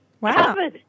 Wow